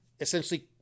essentially